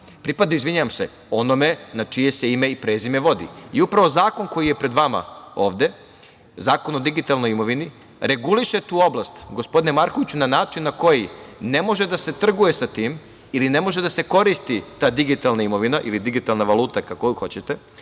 Pripadaju onome na čije se ime i prezime vodi. Upravo zakon koji je pred vama – Zakon o digitalnoj imovini, reguliše tu oblast, gospodine Markoviću, na način koji ne može da se trguje sa tim ili ne može da se koristi ta digitalna imovina ili digitalna valuta, kako god hoćete,